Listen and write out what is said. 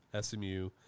SMU